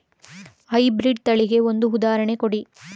High breed ತಳಿಗೆ ಒಂದು ಉದಾಹರಣೆ ಕೊಡಿ?